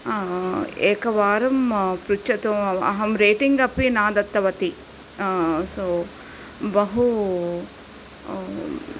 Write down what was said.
एकवारं पृच्चतु अहं रेटिंग् अपि न दत्तवती सो बहु